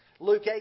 Luke